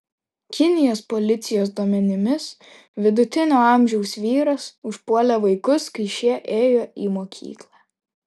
kinijos policijos duomenimis vidutinio amžiaus vyras užpuolė vaikus kai šie ėjo į mokyklą